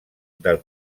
del